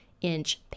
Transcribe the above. inch